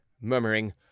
murmuring